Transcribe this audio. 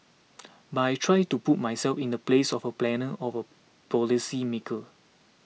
but I try to put myself in the place of a planner of a policy maker